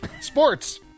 Sports